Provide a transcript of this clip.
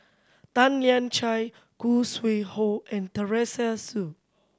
Tan Lian Chye Khoo Sui Hoe and Teresa Hsu